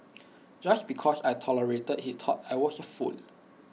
just because I tolerated he thought I was A fool